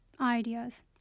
ideas